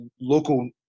local